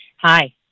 Hi